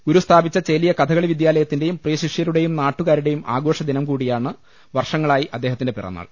ഗുരു സ്ഥാപിച്ച ചേലിയ കഥകളി വിദ്യാലയത്തി ന്റെയും പ്രിയശിഷ്യരുടെയും നാട്ടുകാരുടെയും ആഘോഷദിനം കൂടിയാണ് വർഷങ്ങളായി അദ്ദേഹത്തിന്റെ പിറന്നാൾ